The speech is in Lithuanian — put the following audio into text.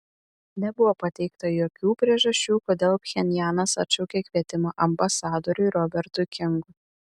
nebuvo pateikta jokių priežasčių kodėl pchenjanas atšaukė kvietimą ambasadoriui robertui kingui